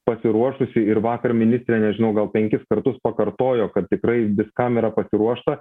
pasiruošusi ir vakar ministrė nežinau gal penkis kartus pakartojo kad tikrai viskam yra pasiruošta